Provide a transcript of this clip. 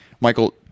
Michael